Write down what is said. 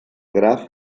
graf